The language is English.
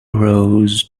rose